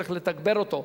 צריך לתגבר אותו.